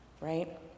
right